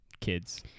Kids